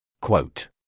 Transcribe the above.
Quote